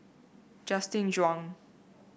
Justin Zhuang